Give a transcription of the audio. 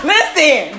Listen